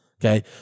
Okay